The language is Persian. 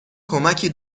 کمکی